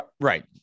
Right